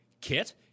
Kit